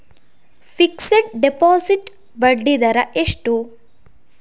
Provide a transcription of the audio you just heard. Fixed deposit ಬಡ್ಡಿ ದರ ಎಷ್ಟು?